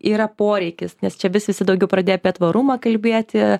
yra poreikis nes čia vis visi daugiau pradėjo apie tvarumą kalbėti